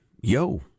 Yo